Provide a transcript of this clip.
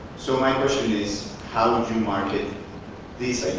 so my question is how would you market this